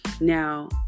Now